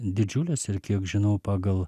didžiulės ir kiek žinau pagal